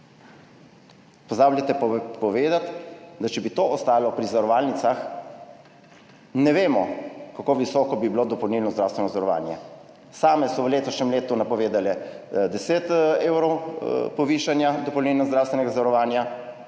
Pozabite povedati, da če bi to ostalo pri zavarovalnicah, ne vemo, kako visoko bi bilo dopolnilno zdravstveno zavarovanje. Same so v letošnjem letu napovedale 10 evrov povišanja dopolnilnega zdravstvenega zavarovanja,